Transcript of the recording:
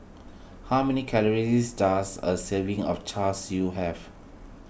how many calories does a serving of Char Siu have